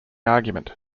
argument